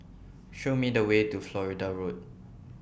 Show Me The Way to Florida Road